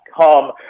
come